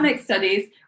studies